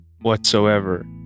whatsoever